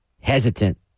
hesitant